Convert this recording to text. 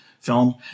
film